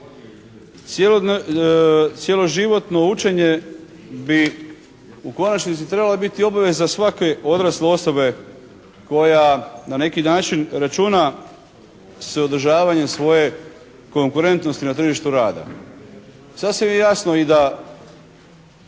Cjeloživotno učenje bi u konačnici trebala biti obaveza svake odrasle osobe koja na neki način računa s održavanjem svoje konkurentnosti na tržištu rada. Sasvim je jasno da